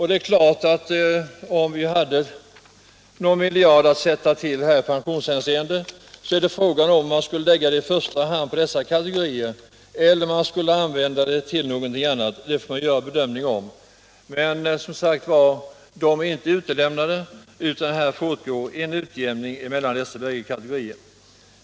Det är klart att om man hade någon miljard att sätta till i pensionsförbättringar, så är frågan om man i första hand skulle lägga den på dessa kategorier, eller om man skulle använda den till någonting annat. Det får man göra en bedömning av. Men de är som sagt inte utlämnade, utan här pågår en utjämning mellan dessa båda kategorier.